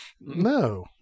no